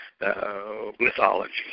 mythology